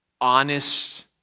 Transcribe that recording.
honest